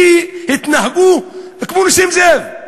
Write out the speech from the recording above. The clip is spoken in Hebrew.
כי התנהגו כמו נסים זאב,